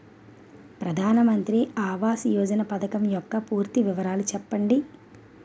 ప్రధాన మంత్రి ఆవాస్ యోజన పథకం యెక్క పూర్తి వివరాలు చెప్పండి?